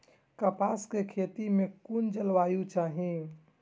कपास के खेती में कुन जलवायु चाही?